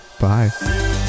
Bye